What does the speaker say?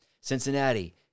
Cincinnati